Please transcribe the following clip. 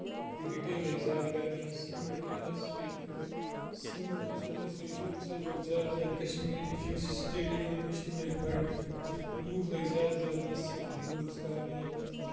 retail لٔگۍ زیادٕ کرنہِ یۄس سِمَٹ اِنڈسٹری سَمَٹ یۄس اِنڈسٹری چھُ اَمہِ سۭتۍ لوٚگ زیادٕ زیادٕ کَشمیٖرٕچ یۄس سِٹیٹ اِکانمی چھِ یہِ لٔجۍ بَڑنہِ لُکھ لگۍ زیادٕ زیادٕ یہِ سیٖمَٹ یوٗز کَرنہِ